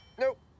Nope